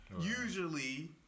usually